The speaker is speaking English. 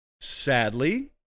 sadly